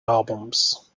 albums